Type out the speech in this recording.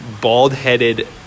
bald-headed